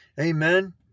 Amen